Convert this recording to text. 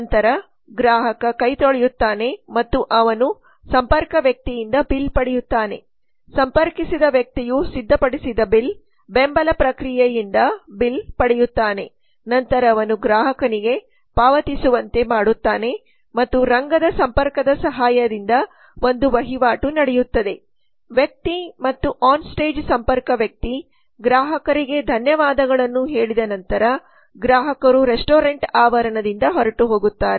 ನಂತರ ಗ್ರಾಹಕ ತೊಳೆಯುತ್ತಾನೆ ಮತ್ತು ಅವನು ಸಂಪರ್ಕ ವ್ಯಕ್ತಿಯಿಂದ ಬಿಲ್ ಪಡೆಯುತ್ತಾನೆ ಸಂಪರ್ಕಿಸಿದ ವ್ಯಕ್ತಿಯು ಸಿದ್ಧಪಡಿಸಿದ ಬಿಲ್ ಬೆಂಬಲ ಪ್ರಕ್ರಿಯೆಯಿಂದ ಬಿಲ್ ಪಡೆಯುತ್ತಾನೆ ನಂತರ ಅವನು ಗ್ರಾಹಕನಿಗೆ ಪಾವತಿಸುವಂತೆ ಮಾಡುತ್ತಾನೆ ಮತ್ತು ರಂಗದ ಸಂಪರ್ಕದ ಸಹಾಯದಿಂದ ಒಂದು ವಹಿವಾಟು ನಡೆಯುತ್ತದೆ ವ್ಯಕ್ತಿ ಮತ್ತು ಆನ್ ಸ್ಟೇಜ್ ಸಂಪರ್ಕ ವ್ಯಕ್ತಿ ಗ್ರಾಹಕರಿಗೆ ಧನ್ಯವಾದಗಳನ್ನು ಹೇಳಿದ ನಂತರ ಗ್ರಾಹಕರು ರೆಸ್ಟೋರೆಂಟ್ ಆವರಣದಿಂದ ಹೊರಟು ಹೋಗುತ್ತಾರೆ